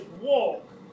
walk